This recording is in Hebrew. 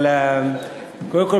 אבל קודם כול,